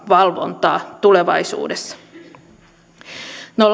valvontaa tulevaisuudessa no